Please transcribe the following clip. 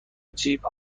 جیب